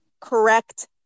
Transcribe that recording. correct